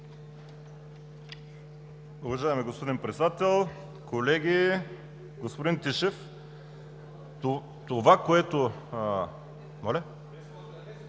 Уважаеми господин Председател, колеги! Господин Тишев, това, което…